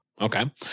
Okay